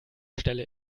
stelle